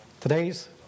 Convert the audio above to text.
Today's